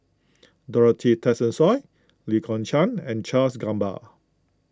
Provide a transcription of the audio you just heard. Dorothy Tessensohn Lee Kong Chian and Charles Gamba